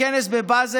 לכנס בבזל.